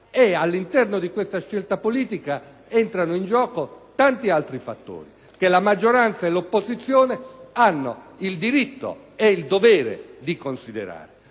All'interno di questa scelta politica entrano in gioco tanti altri fattori che la maggioranza e l'opposizione hanno il diritto e il dovere di considerare,